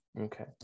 Okay